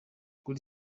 kuri